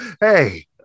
hey